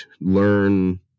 learn